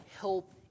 help